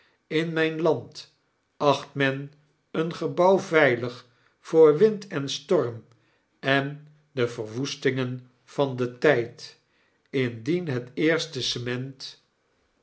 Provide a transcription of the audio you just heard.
in mijn land acht men een gebouw veilig voor wind en storm en de verwoestingen van den tijd indien het eerste cement